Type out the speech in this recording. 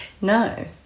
No